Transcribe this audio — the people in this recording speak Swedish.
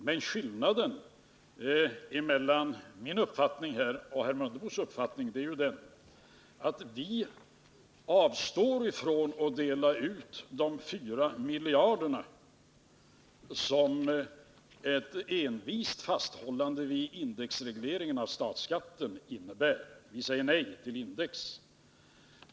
Men skillnaden mellan min uppfattning och herr Mundebos uppfattning är den att vi avstår från att dela ut de 4 miljarder som ett envist fasthållande vid indexregleringen av statsskatten innebär. Vi säger nej till index.